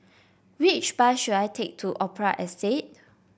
which bus should I take to Opera Estate